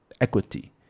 equity